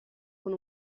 con